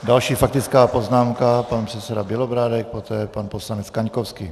Další faktická poznámka, pan předseda Bělobrádek, poté pan poslanec Kaňkovský.